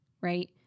right